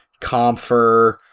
Comfer